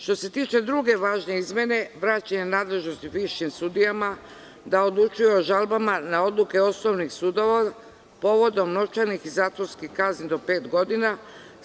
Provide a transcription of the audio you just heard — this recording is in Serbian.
Što se tiče druge važne izmene, vraćanja nadležnosti višim sudijama da odlučuju o žalbama na odluke osnovnih sudova, povodom novčanih i zatvorskih kazni do pet godina.